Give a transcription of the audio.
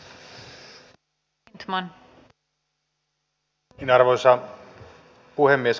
arvoisa puhemies